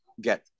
get